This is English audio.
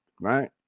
right